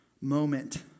moment